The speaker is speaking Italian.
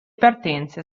partenze